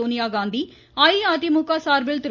சோனியாகாந்தி அஇஅதிமுக சாா்பில் திரு